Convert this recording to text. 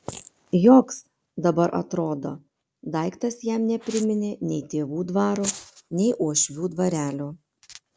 joks dabar atrodo daiktas jam nepriminė nei tėvų dvaro nei uošvių dvarelio